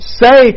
say